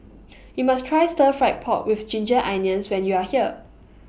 YOU must Try Stir Fried Pork with Ginger Onions when YOU Are here